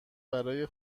برای